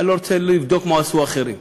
אני לא רוצה לבדוק מה עשו אחרים.